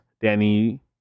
Danny